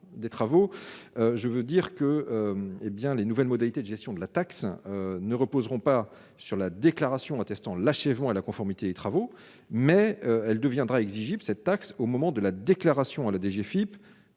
je veux dire que hé bien les nouvelles modalités de gestion de la taxe ne reposeront pas sur la déclaration attestant l'achèvement et la conformité des travaux mais elle deviendra exigible cette taxe au moment de la déclaration à la DGFIP